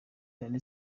danny